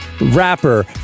rapper